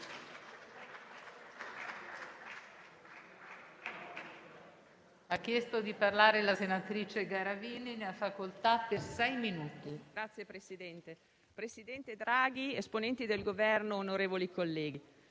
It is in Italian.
Signor Presidente, signor presidente Draghi, esponenti del Governo, onorevoli colleghi,